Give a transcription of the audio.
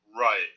Right